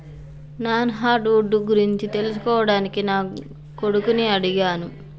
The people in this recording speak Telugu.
నాను హార్డ్ వుడ్ గురించి తెలుసుకోవడానికి నా కొడుకుని అడిగాను